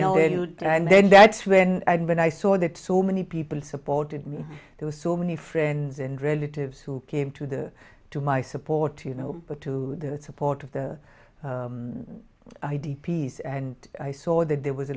try and then that's when i when i saw that so many people supported me there were so many friends and relatives who came to the to my support you know but to the support of the idea of peace and i saw that there was a